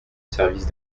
service